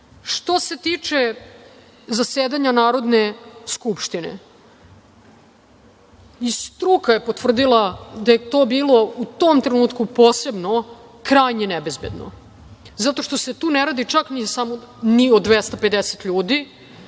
se tiče zasedanja Narodne skupštine, i struka je potvrdila da je to bilo u tom trenutku posebno, krajnje nebezbedno, zato što se tu ne radi samo o 250 ljudi,